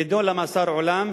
נידון למאסר עולם,